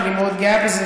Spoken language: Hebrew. שאני מאוד גאה בזה,